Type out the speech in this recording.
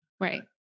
right